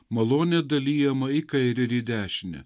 malonė dalijama į kairę ir į dešinę